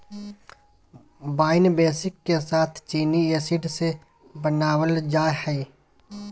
wine बेसींग के साथ चीनी एसिड से बनाबल जा हइ